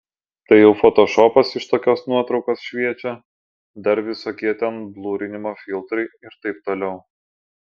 tai jau fotošopas iš tokios nuotraukos šviečia dar visokie ten blurinimo filtrai ir taip toliau